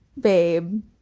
babe